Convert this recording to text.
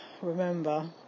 remember